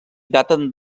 daten